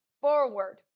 forward